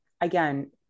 again